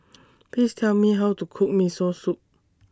Please Tell Me How to Cook Miso Soup